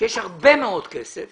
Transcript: שיש הרבה מאוד כסף